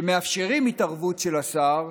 שמאפשרים התערבות של השר,